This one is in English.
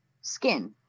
skin